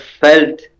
felt